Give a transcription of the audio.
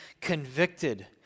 convicted